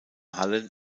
hallen